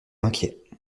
inquiet